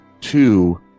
two